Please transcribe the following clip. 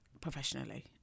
professionally